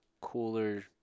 cooler